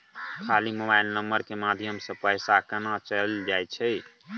खाली mobile number के माध्यम से पैसा केना चल जायछै?